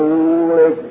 Holy